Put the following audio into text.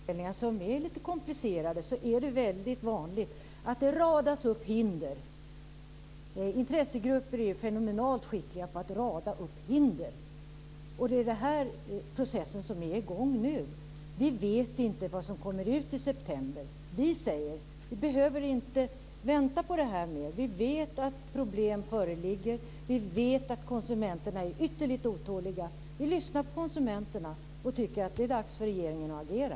Herr talman! I sådana frågor som är lite komplicerade är det väldigt vanligt att det radas upp hinder. Intressegrupper är fenomenalt skickliga på att rada upp hinder. Det är den process som är i gång nu. Vi vet inte vad som kommer ut i september. Vi säger att vi inte behöver vänta på detta nu, vi vet att problem föreligger. Vi vet att konsumenterna är ytterligt otåliga. Vi lyssnar på konsumenterna och tycker att det är dags för regeringen att agera.